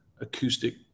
acoustic